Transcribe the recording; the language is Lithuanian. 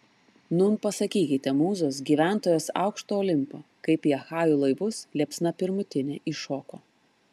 nūn pasakykite mūzos gyventojos aukšto olimpo kaip į achajų laivus liepsna pirmutinė įšoko